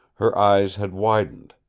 her eyes had widened.